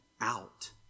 out